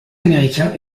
américain